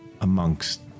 amongst